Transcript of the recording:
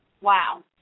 wow